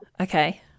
Okay